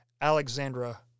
Alexandra